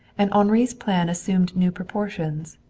and henri's plan assumed new proportions.